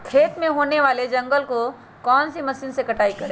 खेत में होने वाले जंगल को कौन से मशीन से कटाई करें?